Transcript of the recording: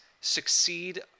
succeed